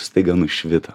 staiga nušvito